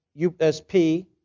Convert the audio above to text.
USP